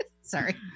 Sorry